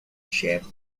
shape